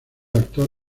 actor